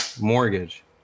Mortgage